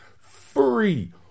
free